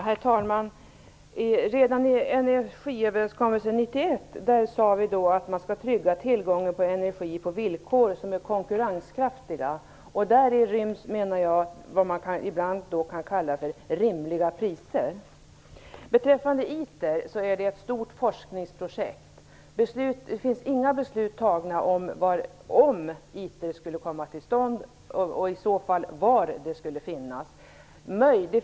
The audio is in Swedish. Herr talman! Redan i Energiöverenskommelsen 1991 sades det att man skall trygga tillgången på energi på villkor som är konkurrenskraftiga. Däri ryms vad man ibland kan kalla för rimliga priser. Beträffande ITER är detta ett stort forskningsprojekt. Det finns inga beslut fattade om huruvida ITER skulle komma till stånd och i så fall var det skulle finnas.